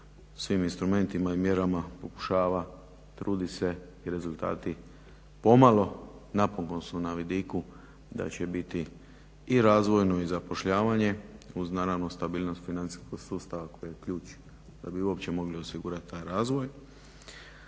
svim instrumentima i mjerama pokušava, trudi se i rezultati pomalo napokon su na vidiku da će biti i razvojno i zapošljavanje uz naravno stabilnost financijskog sustava koji je ključ da bi uopće mogli osigurati taj razvoj.